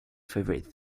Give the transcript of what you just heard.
favorite